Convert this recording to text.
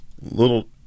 Little